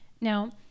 Now